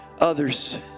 others